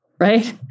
right